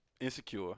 Insecure